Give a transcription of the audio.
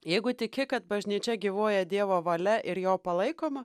jeigu tiki kad bažnyčia gyvuoja dievo valia ir jo palaikoma